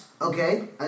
okay